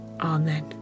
Amen